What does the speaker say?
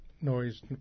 noise